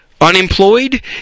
Unemployed